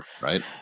right